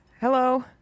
Hello